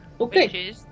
Okay